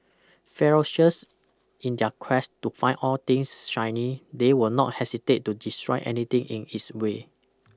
ferocious in their quest to find all things shiny they will not hesitate to destroy anything in its way